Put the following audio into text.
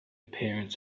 parents